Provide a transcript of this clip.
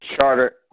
Charter